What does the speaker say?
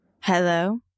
hello